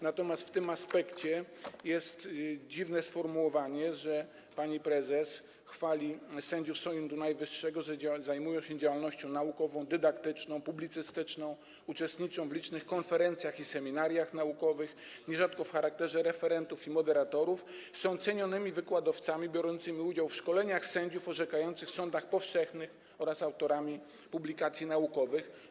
Natomiast w tym aspekcie jest dziwne sformułowanie, że pani prezes chwali sędziów Sądu Najwyższego, że zajmują się działalnością naukową, dydaktyczną, publicystyczną, uczestniczą w licznych konferencjach i seminariach naukowych, nierzadko w charakterze referentów i moderatorów, są cenionymi wykładowcami biorącymi udział w szkoleniach sędziów orzekających w sądach powszechnych oraz autorami publikacji naukowych.